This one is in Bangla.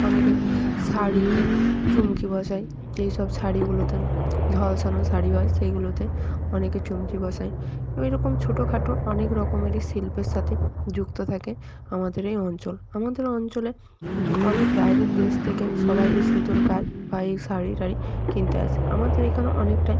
অনেকে শাড়িতে চুমকি বসায় যেই সব শাড়িগুলোতে ঝলসানো শাড়ি হয় সেইগুলোতে অনেকে চুমকি বসায় এই রকম ছোটো খাটো অনেক রকমেরই শিল্পের সাথে যুক্ত থাকে আমাদের এই অঞ্চল আমাদের অঞ্চলে বি অনেক বাইরের দেশ থেকে সবাই এই সুতোর কাজ বা এই শাড়ি টাড়ি কিনতে আসে আমাদের এখানে অনেকটাই